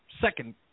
second